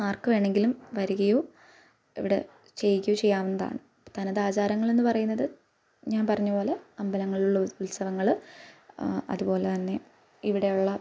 ആർക്ക് വേണമെങ്കിലും വരികയോ ഇവിടെ ചെയ്യുകയോ ചെയ്യാവുന്നതാണ് തനതാചാരങ്ങളെന്ന് പറയുന്നത് ഞാൻ പറഞ്ഞതുപോലെ അമ്പലങ്ങളിൽ ഉത്സവങ്ങൾ അതുപോലെ തന്നെ ഇവിടെയുള്ള